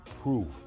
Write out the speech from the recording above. proof